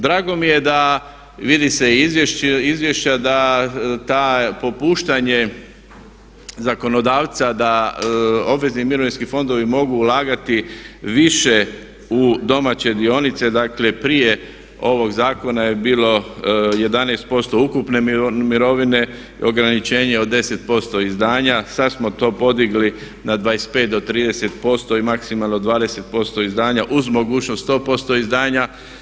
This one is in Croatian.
Drago mi je da vidi se iz izvješća da to popuštanje zakonodavca da obvezni mirovinski fondovi mogu ulagati više u domaće dionice, dakle prije ovog zakona je bilo 11% ukupne mirovine ograničenje od 10% izdanja, sad smo to podigli na 25 do 30% i maksimalno 20% izdanja uz mogućnost 100% izdanja.